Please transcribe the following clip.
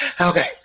Okay